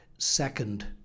Second